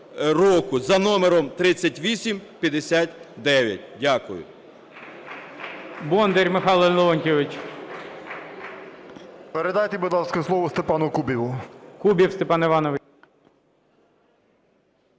за номером 3859. Дякую.